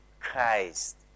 Christ